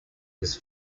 his